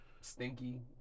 stinky